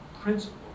principle